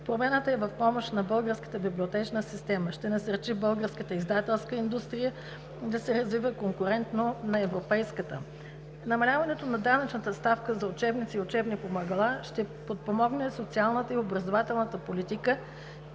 Промяната е в помощ и на българската библиотечна система, ще насърчи българската издателска индустрия да се развива конкурентно на европейската. Намаляването на данъчната ставка за учебници и учебни помагала ще подпомогне социалната и образователната политика,